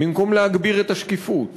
במקום להגביר את השקיפות,